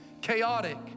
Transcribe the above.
chaotic